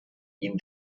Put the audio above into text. ihm